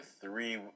three